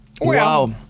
Wow